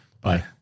Bye